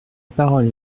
parole